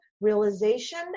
Realization